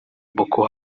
boko